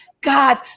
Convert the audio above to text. God